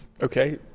Okay